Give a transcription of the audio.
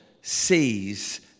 sees